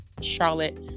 Charlotte